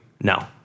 no